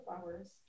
flowers